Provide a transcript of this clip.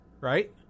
Right